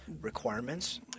requirements